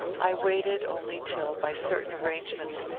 i waited only till, by certain arrangements,